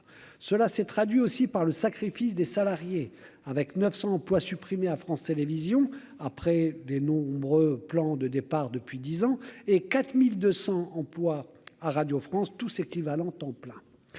cela s'est traduit aussi par le sacrifice des salariés avec 900 emplois supprimés à France Télévisions après des nombreux plans de départs depuis 10 ans et 4200 emplois à Radio France tous équivalents temps plein,